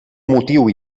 motiu